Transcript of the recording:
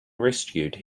rescued